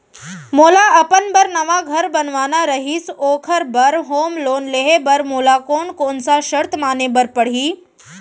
मोला अपन बर नवा घर बनवाना रहिस ओखर बर होम लोन लेहे बर मोला कोन कोन सा शर्त माने बर पड़ही?